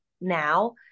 now